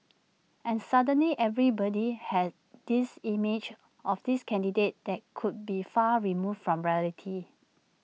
and suddenly everybody has this image of this candidate that could be far removed from reality